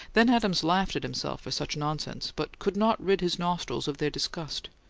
then adams laughed at himself for such nonsense but could not rid his nostrils of their disgust.